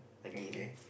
okay